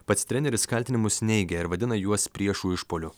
pats treneris kaltinimus neigia ir vadina juos priešų išpuoliu